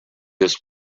this